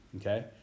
okay